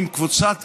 עם קבוצת קשת,